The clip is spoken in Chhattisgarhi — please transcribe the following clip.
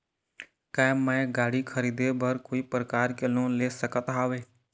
का मैं गाड़ी खरीदे बर कोई प्रकार के लोन ले सकत हावे?